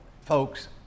folks